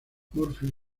murphy